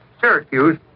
Syracuse